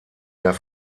der